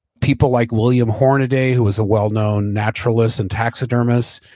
people like william hornaday, who was a well known naturalist and taxidermists,